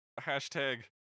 hashtag